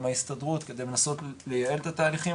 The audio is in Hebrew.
עם ההסתדרות כדי לנסות לייעל את התהליכים